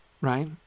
right